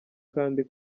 kandi